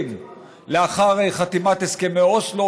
השטחים לאחר חתימת הסכמי אוסלו,